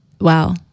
wow